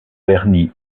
bernie